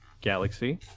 Galaxy